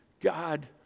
God